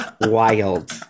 wild